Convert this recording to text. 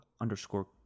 underscore